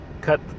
cut